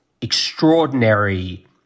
extraordinary